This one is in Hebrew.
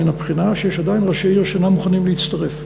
היא לא נפתרה מן הבחינה שיש עדיין ראשי ערים שאינם מוכנים להצטרף.